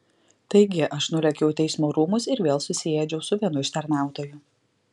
taigi aš nulėkiau į teismo rūmus ir vėl susiėdžiau su vienu iš tarnautojų